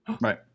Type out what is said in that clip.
Right